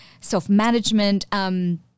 self-management